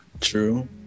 True